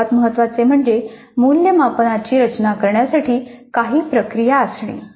सर्वात महत्त्वाचे म्हणजे मूल्यमापनाची रचना करण्यासाठी काही प्रक्रिया असणे